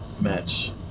match